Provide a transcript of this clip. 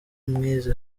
mwize